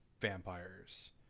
vampires